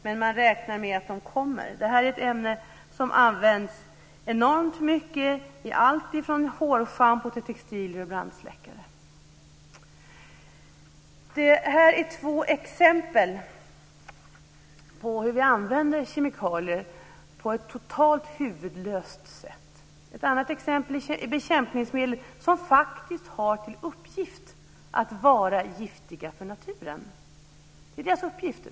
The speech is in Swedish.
Men man räknar med att de kommer. Det är ett ämne som används enormt mycket i alltifrån hårschampo till textilier och brandsläckare. Det här är två exempel på hur vi använder kemikalier på ett totalt huvudlöst sätt. Ett annat exempel är bekämpningsmedel, som faktiskt har till uppgift att vara giftiga för naturen. Det är deras uppgift.